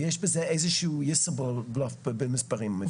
יש בזה איזשהו ישראבלוף במספרים.